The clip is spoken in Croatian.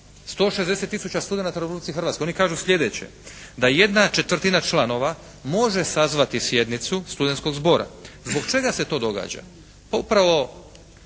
160 tisuća studenata u Republici Hrvatskoj, oni kažu sljedeće, da 1/4 članova može sazvati sjednicu studenskog zbora. Zbog čega se to događa?